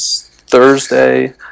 Thursday